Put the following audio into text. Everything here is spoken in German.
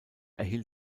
erhielt